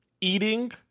eating